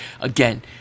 again